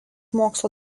mokslų